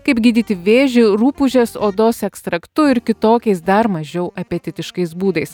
kaip gydyti vėžį rupūžės odos ekstraktu ir kitokiais dar mažiau apetitiškais būdais